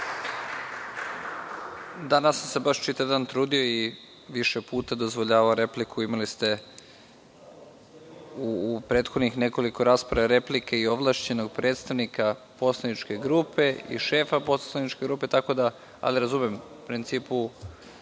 Danas sam se baš čitav dan trudio i više puta dozvoljavao repliku. Imali ste u prethodnih nekoliko rasprave replike i ovlašćenog predstavnika poslaničke grupe i šefa poslaničke grupe, ali razumem u principu.